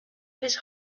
his